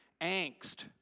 angst